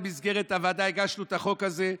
במסגרת הוועדה הגשנו את החוק הזה,